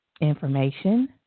information